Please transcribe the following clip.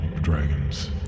dragons